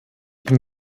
bin